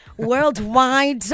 Worldwide